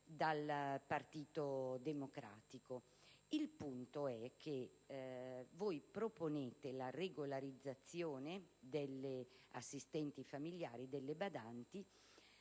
Il punto è che voi proponete la regolarizzazione delle assistenti familiari, delle badanti